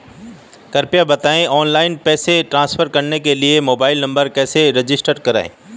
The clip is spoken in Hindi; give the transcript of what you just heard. कृपया बताएं ऑनलाइन पैसे ट्रांसफर करने के लिए मोबाइल नंबर कैसे रजिस्टर करें?